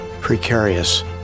precarious